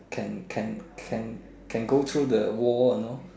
can can can can go through the wall you know